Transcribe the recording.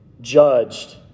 judged